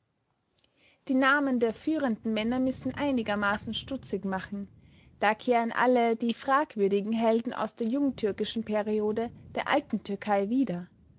die namen der führenden männer müssen einigermaßen stutzig machen da kehren alle die fragwürdigen helden aus der jungtürkischen periode der alten türkei wieder